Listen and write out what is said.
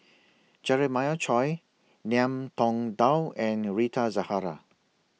Jeremiah Choy Ngiam Tong Dow and Rita Zahara